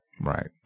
Right